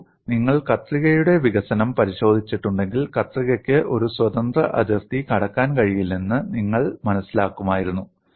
നോക്കൂ നിങ്ങൾ കത്രികയുടെ വികസനം പരിശോധിച്ചിട്ടുണ്ടെങ്കിൽ കത്രികയ്ക്ക് ഒരു സ്വതന്ത്ര അതിർത്തി കടക്കാൻ കഴിയില്ലെന്ന് നിങ്ങൾ മനസ്സിലാക്കുമായിരുന്നു